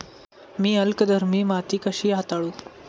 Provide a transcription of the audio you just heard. मी अल्कधर्मी माती कशी हाताळू?